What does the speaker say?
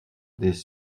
des